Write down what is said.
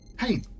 Hey